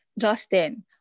justin